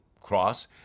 cross